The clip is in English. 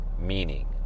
meaning